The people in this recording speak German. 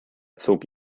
zog